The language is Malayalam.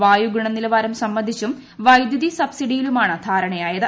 വായു ഗുണനിലവാരം സംബന്ധിച്ചും വൈദ്യുതി സബ്സിഡിയിലുമാണ് ധാരണയായത്